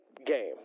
game